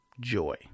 joy